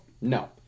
No